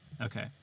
Okay